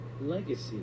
Legacy